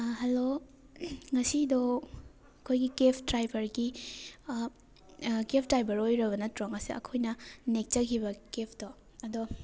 hello ꯉꯁꯤꯗꯣ ꯑꯩꯈꯣꯏꯒꯤ cab ꯗ꯭ꯔꯥꯏꯚꯔꯒꯤ ꯀꯦꯞ ꯗ꯭ꯔꯥꯏꯚꯔ ꯑꯣꯏꯔꯕ ꯅꯠꯇ꯭ꯔꯣ ꯉꯁꯤ ꯑꯩꯈꯣꯏꯅ ꯅꯦꯛꯆꯈꯤꯕ ꯀꯦꯞꯇꯣ ꯑꯗꯣ